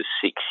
six